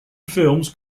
films